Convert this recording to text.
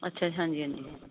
ਅੱਛਾ ਹਾਂਜੀ ਹਾਂਜੀ